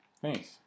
Thanks